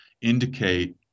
indicate